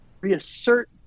reassert